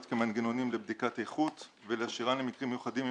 כמנגנונים לבדיקת איכות ולהשאירן למקרים מיוחדים,